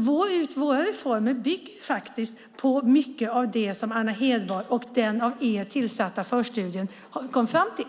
Våra reformer bygger faktiskt på mycket av det som Anna Hedborg och den av er tillsatta förstudien kom fram till.